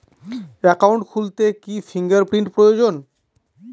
Account খুলতে কি fingerprint প্রয়োজন?